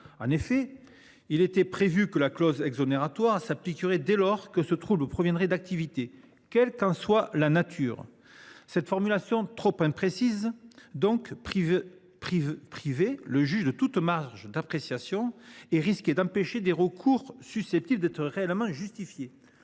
En effet, il était initialement prévu que la clause exonératoire s’appliquerait dès lors que ce trouble proviendrait d’activités, « quelle qu’en soit la nature ». Cette formulation trop imprécise privait le juge de toute marge d’appréciation et risquait d’empêcher des recours susceptibles d’être véritablement justifiés.